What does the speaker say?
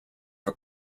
for